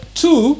two